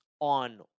on